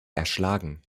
erschlagen